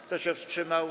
Kto się wstrzymał?